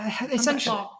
essentially